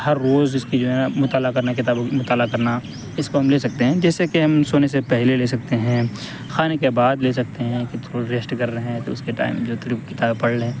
ہر روز اس کی جو ہے مطالعہ کرنا کتابوں کی مطالعہ کرنا اس کو ہم لے سکتے ہیں جیسے کہ ہم سونے سے پہلے لے سکتے ہیں کھانے کے بعد لے سکتے ہیں کہ تھوڑی ریسٹ کر رہے ہیں تو اس کے ٹائم جو تھوڑی کتابیں پڑھ رہے ہیں